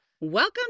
Welcome